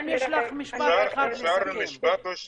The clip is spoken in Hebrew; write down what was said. אין בעיה, אני רק